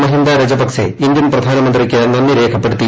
Mahinda Rajapaksa Indian പ്രധാനമന്ത്രിക്ക് നീന്ദിപ്പരേഖപ്പെടുത്തി